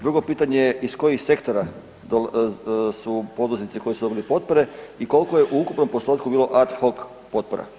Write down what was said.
Drugo pitanje iz kojih sektora su poduzetnici koji su dobili potpore i koliko je u ukupnom postotku bilo ad hoc potpora.